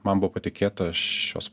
man buvo patikėta šios